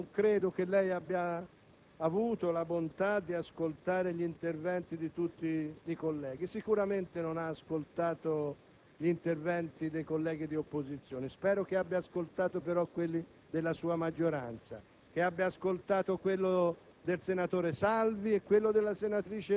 Non ci sembra che l'Italia possa ancora sopportare questa situazione intollerabile che assume i contorni del grottesco. Lei, presidente Prodi, se conoscesse ancora il significato della dignità e della responsabilità, dovrebbe uscire dall'Aula per recarsi al Quirinale.